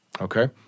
Okay